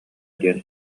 диэн